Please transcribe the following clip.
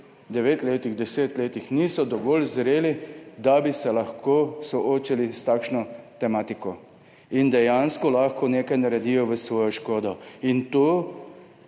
devetih letih, desetih letih niso dovolj zreli, da bi se lahko soočili s takšno tematiko in dejansko lahko nekaj naredijo v svojo škodo. Na